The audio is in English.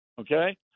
Okay